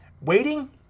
waiting